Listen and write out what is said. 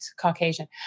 Caucasian